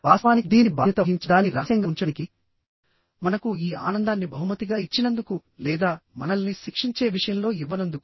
వాస్తవానికి దీనికి బాధ్యత వహించే దానిని రహస్యంగా ఉంచడానికి మనకు ఈ ఆనందాన్ని బహుమతిగా ఇచ్చినందుకు లేదా మనల్ని శిక్షించే విషయంలో ఇవ్వనందుకు